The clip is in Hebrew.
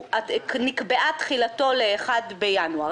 נקבעה תחילתו ל-1 בינואר.